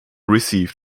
received